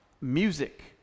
music